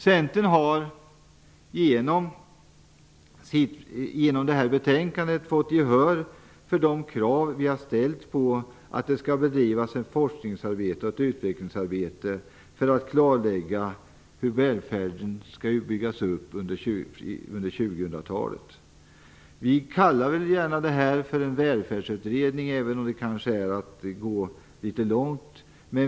Centern har i utskottet fått gehör för sina krav på att det skall bedrivas ett forsknings och utvecklingsarbete för att klarlägga hur välfärden skall byggas upp under 2000-talet. Vi kallar det gärna för en välfärdsutredning, även om det kanske är att gå litet långt.